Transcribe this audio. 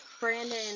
brandon